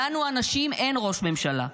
לנו, הנשים, אין ראש ממשלה.